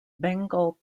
bengal